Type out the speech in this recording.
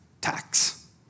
tax